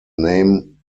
name